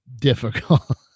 difficult